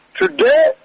today